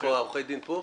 איפה עורכי הדין פה?